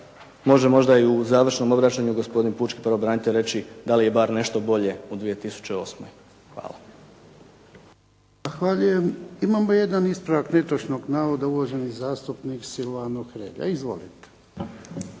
može možda i u završnom obraćanju gospodin pučki pravobranitelj reći da li je bar nešto bolje u 2008.? Hvala. **Jarnjak, Ivan (HDZ)** Zahvaljujem. Imamo jedan ispravak netočnog navoda. Uvaženi zastupnik Silvano Hrelja. Izvolite.